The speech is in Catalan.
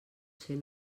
ser